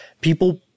People